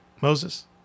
Moses